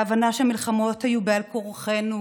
ההבנה שמלחמות היו בעל כורחנו,